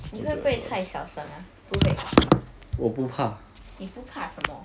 你会不会太小声啊不会啊你不怕什么